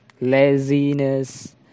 Laziness